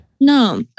No